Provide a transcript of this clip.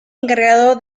encargado